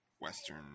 western